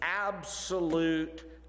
absolute